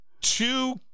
two